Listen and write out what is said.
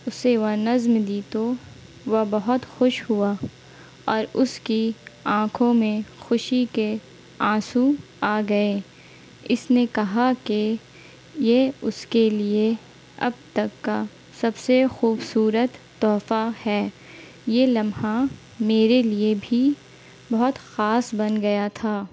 اسے وہ نظم دی تو وہ بہت خوش ہوا اور اس کی آنکھوں میں خوشی کے آنسوں آ گئے اس نے کہا کہ یہ اس کے لیے اب تک کا سب سے خوبصورت تحفہ ہے یہ لمحہ میرے لیے بھی بہت خاص بن گیا تھا